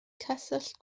cyswllt